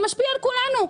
זה משפיע על כולנו.